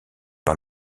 par